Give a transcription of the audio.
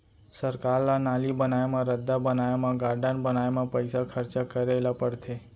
सरकार ल नाली बनाए म, रद्दा बनाए म, गारडन बनाए म पइसा खरचा करे ल परथे